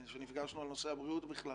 כשנפגשנו בנושא הבריאות בכלל